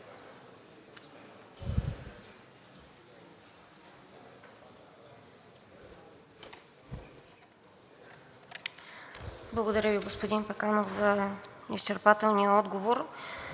Благодаря Ви, господин Пеканов, за изчерпателния отговор.